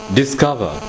discover